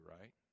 right